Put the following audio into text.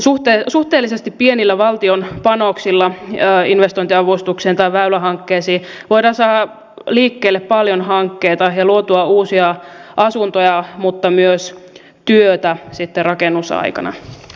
suhteellisesti pienillä valtion panoksilla investointiavustuksiin tai väylähankkeisiin voidaan saada liikkeelle paljon hankkeita ja luotua uusia asuntoja mutta myös työtä sitten rakennusaikana